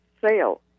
sale